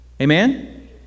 Amen